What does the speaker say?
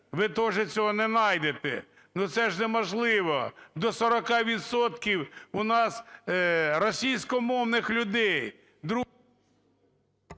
Ви теж цього не найдете. Ну, це ж неможливо, до 40 відсотків у нас російськомовних людей.